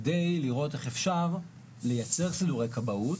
כדי לראות איך אפשר לייצר סידורי כבאות,